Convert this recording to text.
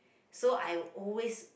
so I always